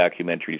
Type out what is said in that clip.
documentaries